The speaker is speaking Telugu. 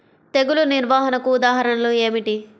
తెగులు నిర్వహణకు ఉదాహరణలు ఏమిటి?